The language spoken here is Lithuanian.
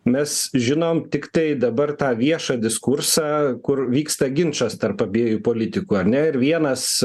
mes žinom tiktai dabar tą viešą diskursą kur vyksta ginčas tarp abiejų politikų ar ne ir vienas